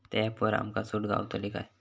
त्या ऍपवर आमका सूट गावतली काय?